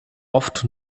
oft